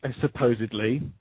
supposedly